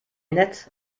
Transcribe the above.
nett